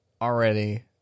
Already